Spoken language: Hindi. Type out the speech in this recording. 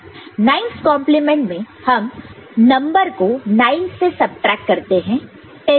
9's कॉन्प्लीमेंट 9's complement मैं हम नंबर हो 9 से सबट्रैक्ट करते हैं 10 से नहीं